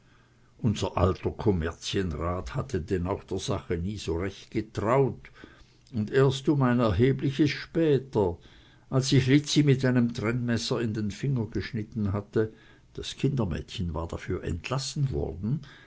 unser alter kommerzienrat hatte denn auch der sache nie so recht getraut und erst um ein erhebliches später als sich lizzi mit einem trennmesser in den finger geschnitten hatte das kindermädchen war dafür entlassen worden